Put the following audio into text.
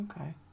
Okay